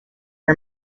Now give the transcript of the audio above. are